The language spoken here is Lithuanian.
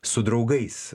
su draugais